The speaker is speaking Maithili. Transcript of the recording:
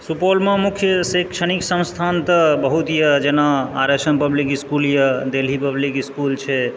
सुपौलमे मुख्य शैक्षणिक संस्थान तऽ बहुत यए जेना R S M public school यए देल्ही पब्लिक इस्कुल छै